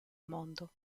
mondo